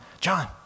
John